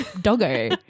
doggo